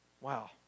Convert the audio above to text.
Wow